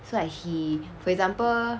so like he for example